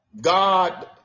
God